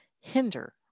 hinder